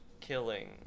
killing